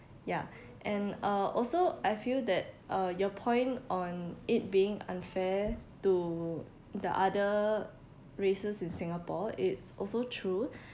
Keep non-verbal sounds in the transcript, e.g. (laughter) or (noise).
ya (breath) and uh also I feel that uh your point on it being unfair to the other races in singapore it's also true (breath)